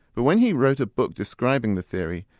but when he wrote a book describing the theory,